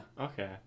Okay